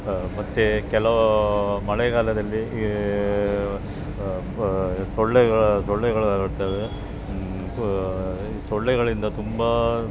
ಮತ್ತು ಕೆಲವು ಮಳೆಗಾಲದಲ್ಲಿ ಈ ಸೊಳ್ಳೆಗಳು ಸೊಳ್ಳೆಗಳು ಹರಡ್ತವೆ ತೊ ಈ ಸೊಳ್ಳೆಗಳಿಂದ ತುಂಬ